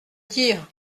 dire